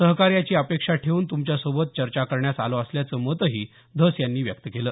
सहकार्याची अपेक्षा ठेवून तुमच्यासोबत चर्चा करण्यास आलो असल्याचे मतही धस यांनी यावेळी व्यक्त केलं